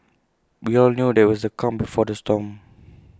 we all knew that IT was the calm before the storm